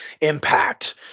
impact